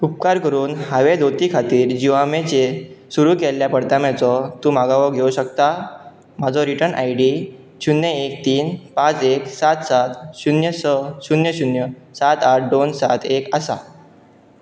उपकार करून हांवें धोती खातीर जिआमेचेर सुरू केल्ल्या परर्तम्याचो तूं म्हागो हो घेवं शकता म्हाजो रिटर्न आय डी शुन्य एक तीन पांच एक सात सात शुन्य स शुन्य शुन्य सात आठ दोन सात एक आसा